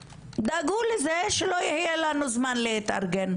דאגו לזה שלא יהיה לנו זמן להתארגן.